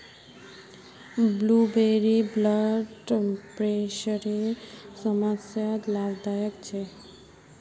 blueberry blood प्रेशरेर समस्यात लाभदायक छे